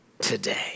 today